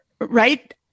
Right